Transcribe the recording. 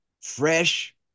fresh